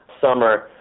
summer